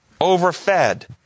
overfed